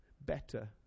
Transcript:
better